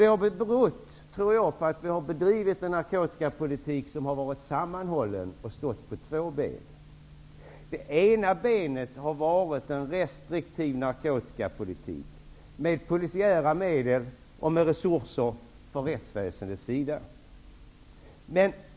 Det har väl berott på att vi har bedrivit en sammanhållen narkotikapolitik, som så att säga har stått på två ben. Det ena benet har stått för restriktiv narkotikapolitik, med polisiära medel och med resurser till rättsväsendet.